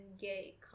gay